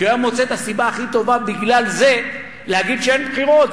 כי הוא היה מוצא את הסיבה הכי טובה להגיד שאין בחירות,